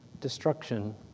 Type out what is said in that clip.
destruction